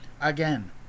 again